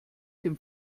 dem